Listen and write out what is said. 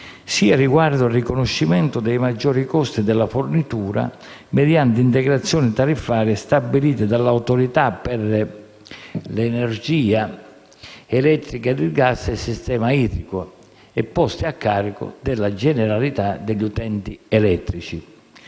sia riguardo al riconoscimento dei maggiori costi della fornitura, mediante integrazioni tariffarie, stabilite dall'Autorità per l'energia elettrica, il gas e il sistema idrico (AEEGSI) e poste a carico della generalità degli utenti elettrici.